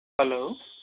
hello